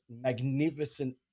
magnificent